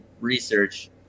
research